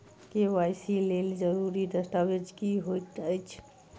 KYC लेल जरूरी दस्तावेज की होइत अछि?